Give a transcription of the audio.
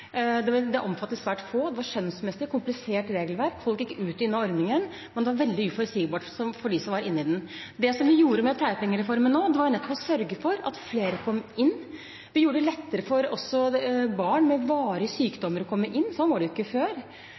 trangt. Den omfattet svært få, det var et skjønnsmessig og komplisert regelverk, folk gikk ut og inn av ordningen, det var veldig uforutsigbart for dem som var inne i den. Det vi gjorde med pleiepengereformen, var nettopp å sørge for at flere kom inn. Vi gjorde det lettere for barn med varige sykdommer å komme inn – slik var det jo ikke før